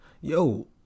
Yo